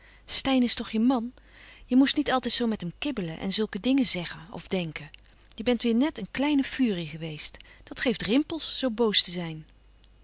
steyn is toch je man je moest niet altijd zoo met hem kibbelen en zulke dingen zeggen of denken je bent weêr net een kleine furie geweest dat geeft rimpels zoo boos te zijn